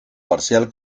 parcial